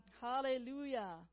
Hallelujah